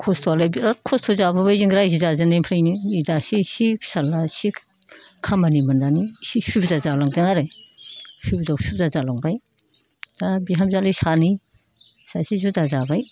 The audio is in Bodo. खस्त'आलाय बिराद खस्त' जाबोबाय जों रायजो जाजेननायनिफ्रायनो नै दासो इसे फिसाज्ला इसे खामानि मोननानै इसे सुबिदा जालांदों आरो सुबिदायाव सुबिदा जालांबाय दा बिहामजोआलाय सानै सासे जुदा जाबाय